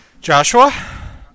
Joshua